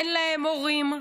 אין להם מורים.